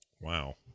wow